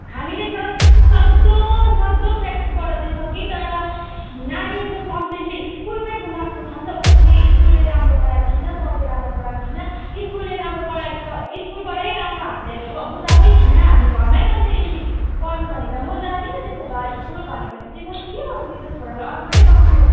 हामीले जति सक्दो सक्दो प्र्याक्टिस गराउँदैछौँ कि तर नानीको कम्प्लेन चाहिँ स्कुलमै गुनासो छ नि त उसको चाहिँ स्कुलले राम्रो पढाएको छैन सरले राम्रो पढाएको छैन स्कुलले राम्रो पढाएको छ स्कुलबाटै राम्रो हामीले बु बुझाएकै छैन हामी घरमै बसेर यसरी पढ्नु भने त म जादिनँ त्यसो भए स्कुल भन्यो भने चाहिँ म चाहिँ के गर्नु मेरो छोरालाई अनपढै बनाउनु